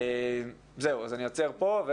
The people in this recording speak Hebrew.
זהו, אני עוצר פה.